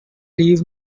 leave